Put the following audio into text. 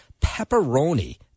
pepperoni